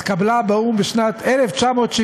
התקבלה באו"ם בשנת 1975,